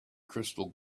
crystal